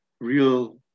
real